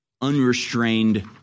unrestrained